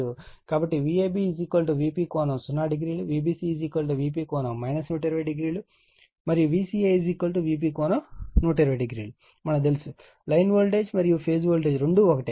కాబట్టి Vab Vp ∠00Vbc Vp ∠ 1200 మరియు Vca Vp ∠1200 అని తెలుసు లైన్ వోల్టేజ్ మరియు ఫేజ్ వోల్టేజ్ రెండూ ఒకటే